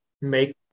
make